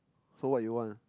so what you want